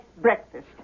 breakfast